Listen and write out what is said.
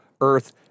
Earth